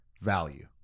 value